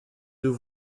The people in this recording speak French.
deux